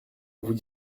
vous